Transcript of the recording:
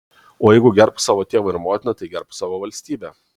o jeigu gerbk savo tėvą ir motiną tai gerbk savo valstybę